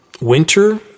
winter